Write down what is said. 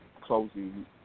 closing